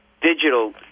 digital